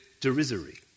derisory